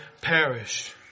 perish